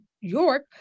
York